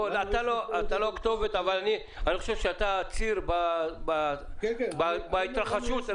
אתה לא הכתובת אבל אתה ציר בהתרחשות הזאת.